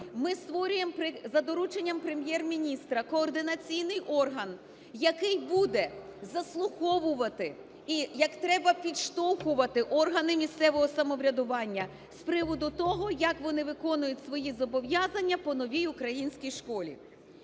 ми створюємо за дорученням Прем'єр-міністра координаційний орган, який буде заслуховувати і як треба підштовхувати органи місцевого самоврядування з приводу того, як вони виконують свої зобов'язання по "Новій українській школі",